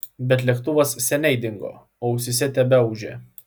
bet lėktuvas seniai dingo o ausyse tebeūžė